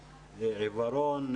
עיוורון,